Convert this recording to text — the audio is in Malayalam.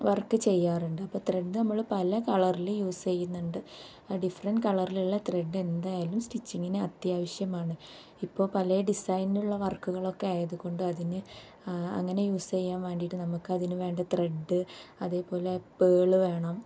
വർക്ക് ചെയ്യാറുണ്ട് അപ്പം ത്രെഡ് നമ്മൾ പല കളറിൽ യൂസ് ചെയ്യുന്നുണ്ട് ഡിഫറൻറ് കളറിലുള്ള ത്രെഡ് എന്തായാലും സ്റ്റിച്ചിങ്ങിന് അത്യാവശ്യമാണ് ഇപ്പോൾ പല ഡിസൈനിലുള്ള വർക്കുകളൊക്കെ ആയത് കൊണ്ട് അതിന് അങ്ങനെ യൂസ് ചെയ്യാൻ വേണ്ടിയിട്ട് നമുക്കതിന് വേണ്ട ത്രെഡ് അതേപോലെ പേള് വേണം